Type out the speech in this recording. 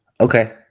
Okay